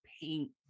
paint